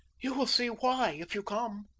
you will see why, if you come.